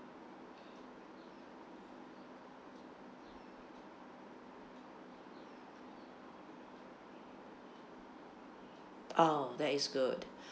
oh that is good